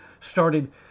started